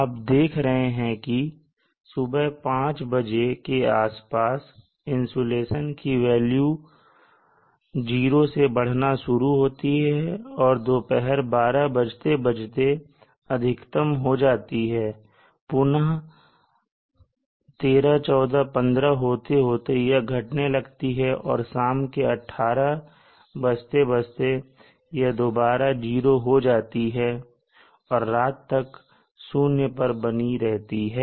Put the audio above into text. आप देख रहे हैं कि सुबह 500 बजे के आसपास इंसुलेशन की वेल्यू जीरो से बढ़ना शुरू होती है और दोपहर 12 बजते बजते अधिकतम हो जाती है पुनः 13 14 15 होते होते यह घटने लगती है और शाम के 600 बजते बजते यह दोबारा जीरो हो जाती है और रात तक शून्य पर ही बनी रहती है